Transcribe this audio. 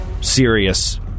serious